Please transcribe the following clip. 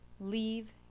leave